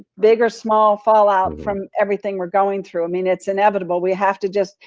big or small fallout from everything we're going through. i mean, it's inevitable, we have to just,